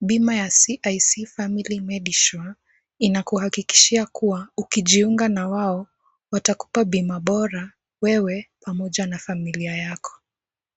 Bima ya CIC Family Medisure inakuhakikishia kuwa ukijiunga na wao, watakupa bima bora wewe pamoja na familia yako.